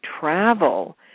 travel